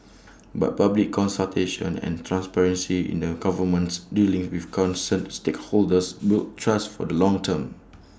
but public consultation and an transparency in the government's dealings with concerned stakeholders build trust for the long term